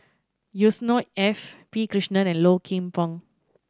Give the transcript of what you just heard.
Yusnor F P Krishnan and Low Kim Pong